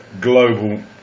global